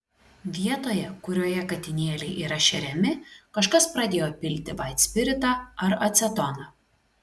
vietoje kurioje katinėliai yra šeriami kažkas pradėjo pilti vaitspiritą ar acetoną